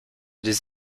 des